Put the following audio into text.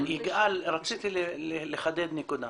יגאל, רציתי לחדד נקודה.